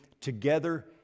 together